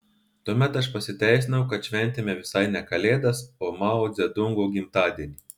tuomet aš pasiteisinau kad šventėme visai ne kalėdas o mao dzedungo gimtadienį